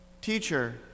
Teacher